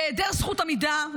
בהיעדר זכות עמידה,